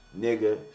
nigga